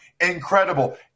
incredible